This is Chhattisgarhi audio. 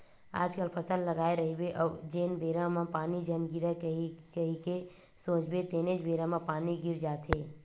आजकल फसल लगाए रहिबे अउ जेन बेरा म पानी झन गिरय कही के सोचबे तेनेच बेरा म पानी गिर जाथे